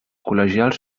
col·legials